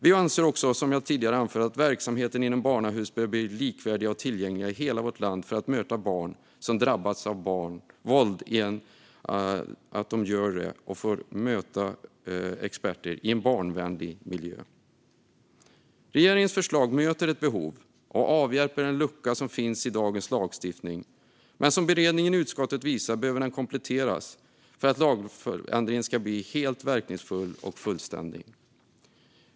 Vi anser också, som tidigare anförts, att verksamheten inom barnahus bör bli likvärdig och tillgänglig i hela vårt land så att barn som drabbats av våld får möta experter i en barnvänlig miljö. Regeringens förslag möter ett behov och avhjälper en lucka som finns i dagens lagstiftning, men som beredningen i utskottet visar behöver det kompletteras för att lagändringen ska bli helt verkningsfull och fullständig.